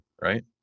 right